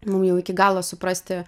mum jau iki galo suprasti